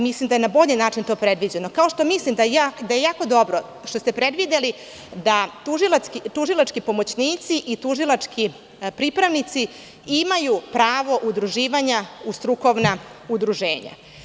Mislim da je na bolji način to predviđeno, kao što mislim da je jako dobro što ste predvideli da tužilački pomoćnici i tužilački pripravnici imaju pravo udruživanja u strukovna udruženja.